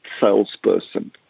salesperson